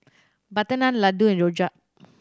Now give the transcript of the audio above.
butter naan laddu and rojak